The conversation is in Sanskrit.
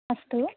अस्तु